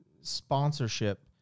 sponsorship